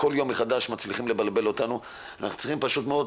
כל יום מחדש מצליחים לבלבל אותנו, אנחנו פשוט מאוד